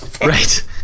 Right